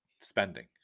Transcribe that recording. spending